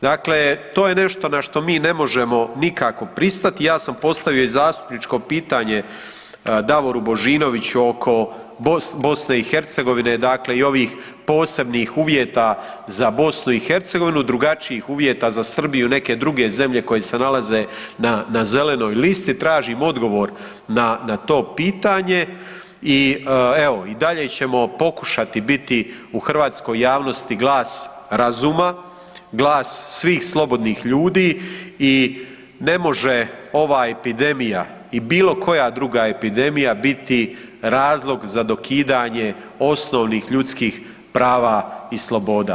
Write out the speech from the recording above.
Dakle, to je nešto na što mi ne možemo nikako pristati, ja sam postavio i zastupničko pitanje Davoru Božinoviću oko BiH i ovih dakle posebnih uvjeta za BiH, drugačijih uvjeta za Srbiju i neke druge zemlje koje se nalaze na zelenoj listi, tražim odgovor na to pitanje i evo, i dalje ćemo pokušati biti u hrvatskoj javnosti glas razuma, glas svih slobodnih ljudi i ne može ova epidemija i bilo koja druga epidemija biti razlog za dokidanje osnovnih ljudskih prava i sloboda.